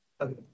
Okay